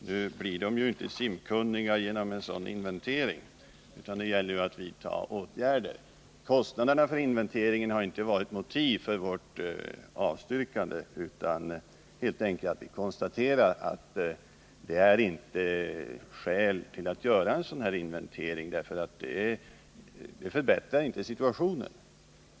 Nu blir de ju inte simkunniga genom en sådan inventering, utan det gäller att vidta åtgärder. Kostnaderna för inventeringen har inte varit motivet för vårt avstyrkande, utan vi konstaterar helt enkelt att det inte finns skäl att göra en inventering. Det skulle inte förbättra situationen.